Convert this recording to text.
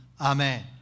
Amen